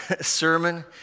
sermon